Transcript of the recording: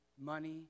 money